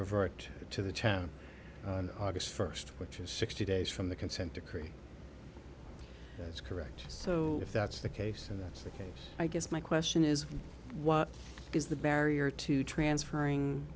revert to the town august first which is sixty days from the consent decree that's correct so if that's the case and that's the case i guess my question is what is the barrier to transferring